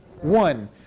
one